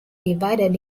divided